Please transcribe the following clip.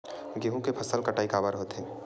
गेहूं के फसल कटाई काबर होथे?